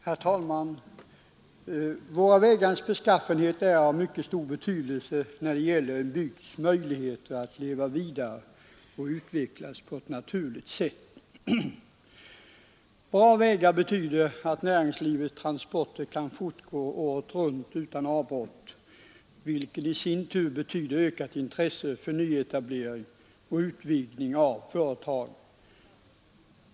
Herr talman! Våra vägars beskaffenhet är av mycket stor betydelse när det gäller en bygds möjligheter att leva vidare och utvecklas på ett naturligt sätt. Bra vägar betyder att näringslivets transporter kan fortgå året runt utan avbrott, vilket i sin tur betyder ökat intresse för nyetablering och utvidgning av företag.